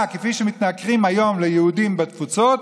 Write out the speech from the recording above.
כפי שמתנכרים היום ליהודים בתפוצות.